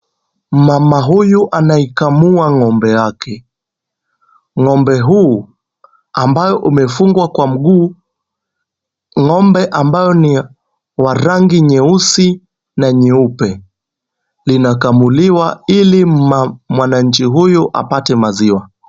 Mama huyu anaikamua ng'ombe yake, ng'ombe huu ambayo imefungwa kwa mguu, ng'ombe ambayo ni wa rangi nyeusi na nyeupe inakamuliwa ili mwananchi huyu apate maziwa.